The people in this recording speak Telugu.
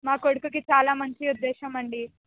మా కొడుకుకి చాలా మంచి ఉద్దేశం అండి